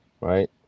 right